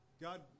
God